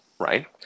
right